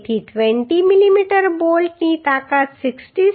તેથી 20 mm બોલ્ટની તાકાત 66